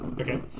okay